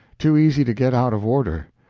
too easy to get out of order,